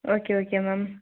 okay okay ma'am